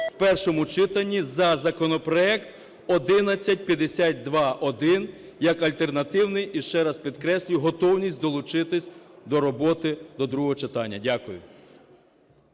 в першому читанні за законопроект 1152-1 як альтернативний. І ще раз підкреслюю готовність долучитись до роботи до другого читання. Дякую.